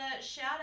shout